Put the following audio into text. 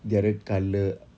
the other colour